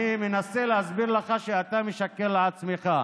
אני מנסה להסביר לך שאתה משקר לעצמך.